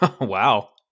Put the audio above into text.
wow